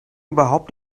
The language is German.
überhaupt